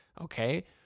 okay